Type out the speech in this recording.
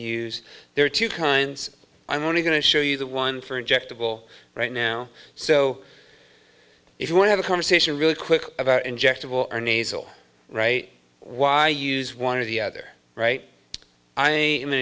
use there are two kinds i'm only going to show you the one for injectable right now so if you want have a conversation really quick about injectable or nasal right why use one of the other right i am